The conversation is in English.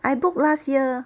I booked last year